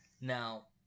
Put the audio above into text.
Now